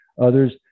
others